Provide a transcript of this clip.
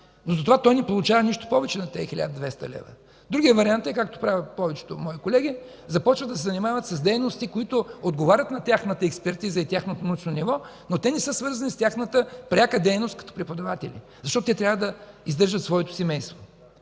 но за това той не получава нищо повече над тези 1200 лв. Другият вариант е, както правят повечето мои колеги, започват да се занимават с дейности, които отговарят на тяхната експертиза и тяхното научно ниво, но те не са свързани с тяхната пряка дейност като преподаватели, защото те трябва да издържат своето семейство.